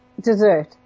Dessert